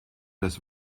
das